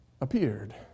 appeared